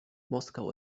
moskau